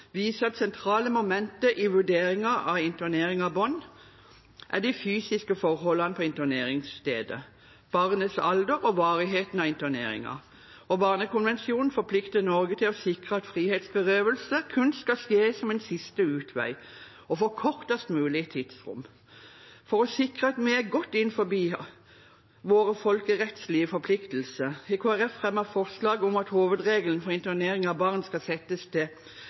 viser at sentrale momenter i vurderingen av internering av barn er de fysiske forholdene på interneringsstedet, barnets alder og varigheten av interneringen. Barnekonvensjonen forplikter Norge til å sikre at frihetsberøvelse kun skal skje som en siste utvei og for kortest mulig tidsrom. For å sikre at vi er godt innenfor våre folkerettslige forpliktelser, har Kristelig Folkeparti, Arbeiderpartiet og Sosialistisk Venstreparti fremmet forslag om at hovedregelen for internering av barn skal settes til